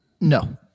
No